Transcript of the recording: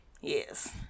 Yes